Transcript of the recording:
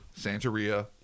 Santeria